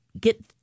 get